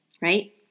right